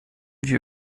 wir